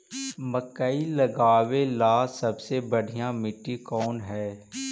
मकई लगावेला सबसे बढ़िया मिट्टी कौन हैइ?